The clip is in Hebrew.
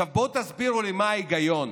בואו תסבירו לי מה ההיגיון.